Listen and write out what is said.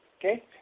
Okay